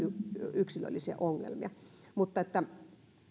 yksilöllisiä ongelmia